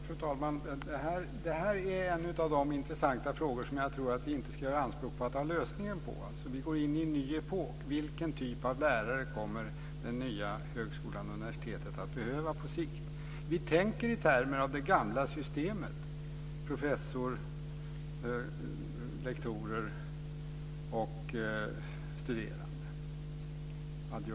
Fru talman! Det här är en av de intressanta frågor där jag tror att vi inte ska göra anspråk på att ha lösningen. Vi går in i en ny epok. Vilken typ av lärare kommer den nya högskolan och det nya universitetet att behöva på sikt? Vi tänker i termer av det gamla systemet - professor, lektorer och studerande.